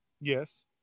Yes